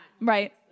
Right